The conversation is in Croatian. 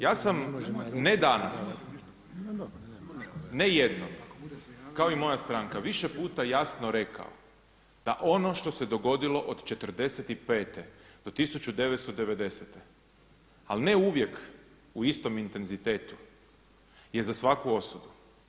Ja sam ne danas, ne jednom kao i moja stranka više puta jasno rekao da ono što se dogodilo od '45. do 1990. ali ne uvijek u istom intenzitetu je za svaku osudu.